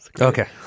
Okay